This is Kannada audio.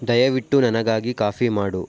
ದಯವಿಟ್ಟು ನನಗಾಗಿ ಕಾಫಿ ಮಾಡು